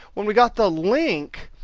when we got the link,